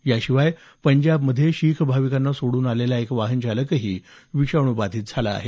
याशिवाय पंजाबमध्ये शीख भाविकांना सोडून आलेला एक वाहनचालकही विषाणू बाधित झाला आहे